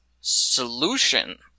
solution